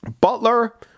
Butler